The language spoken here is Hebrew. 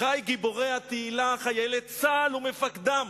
אחי גיבורי התהילה, חיילי צה"ל ומפקדיו,